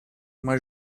uma